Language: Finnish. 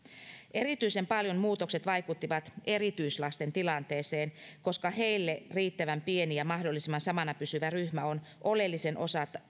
erityisen paljon muutokset vaikuttivat erityislasten tilanteeseen koska heille riittävän pieni ja mahdollisimman samana pysyvä ryhmä on oleellisen